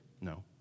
No